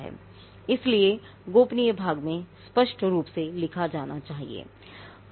इसलिए गोपनीय भाग में स्पष्ट रूप से लिखा जाना चाहिए